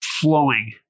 Flowing